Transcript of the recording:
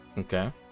Okay